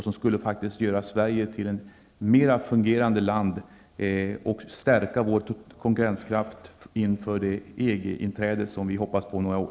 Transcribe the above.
Det skulle göra Sverige till ett bättre fungerande land och skulle stärka vår konkurrenskraft inför det EG-inträde som vi hoppas på om några år.